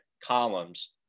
columns